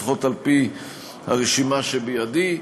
לפחות על-פי הרשימה שבידי.